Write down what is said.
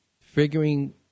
figuring